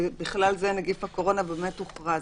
ובכלל זה נגיף הקורונה הוכרז.